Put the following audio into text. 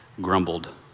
grumbled